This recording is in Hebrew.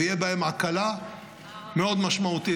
ותהיה בהן הקלה מאוד משמעותית,